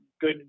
good